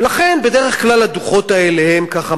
לכן בדרך כלל הדוחות האלה הם ככה,